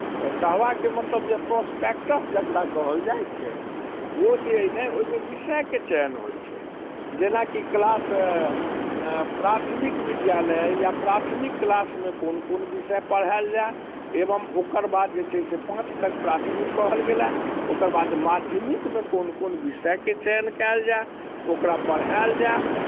कहबाके मतलब जे प्रॉस्पेक्टस जकरा कहल जाइत छै ओ जे अइ ने ओहिमे विषयके चयन होइत छै जेना कि क्लास प्राथमिक विद्यालय या प्राथमिक क्लासमे कोन कोन विषय पढ़ायल जाय एवम ओकर बाद जे छै से पाँच तक प्राथमिक कहल गेलै ओकर बाद माध्यमिकमे कोन कोन विषयके चयन कयल जाय ओकरा पढ़ायल जाय